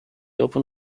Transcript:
open